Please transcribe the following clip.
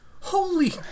holy